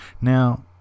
Now